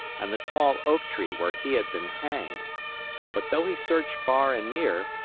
and the tall oak tree where he had been hanged but though he searched far and near,